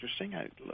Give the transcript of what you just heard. interesting